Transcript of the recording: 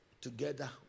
together